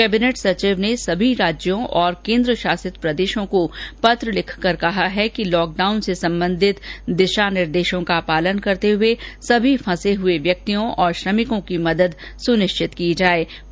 cabinet सचिव ने सभी राज्यों और केन्द्र शासित प्रदेशों को पत्र लिखकर कहा है कि पूर्णबंदी से संबंधित दिशा निर्देशों का पालन करते हुए सभी फंसे हुए व्यक्तियों तथा श्रमिकों की मदद सुनिश्चित की जानी चाहिए